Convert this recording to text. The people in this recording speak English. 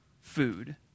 food